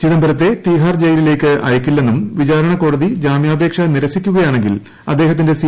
ചിദംബരത്തെ തിഹാർജയിലിലേക്ക് അയയ്ക്കില്ലെന്നും വിചാരണക്കോടതി ജാമ്യാപേക്ഷ നിരസിക്കുകയാണെങ്കിൽ അദ്ദേഹത്തിന്റെ സി